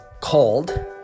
called